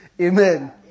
Amen